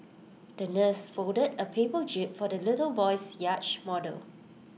the nurse folded A paper jib for the little boy's yacht model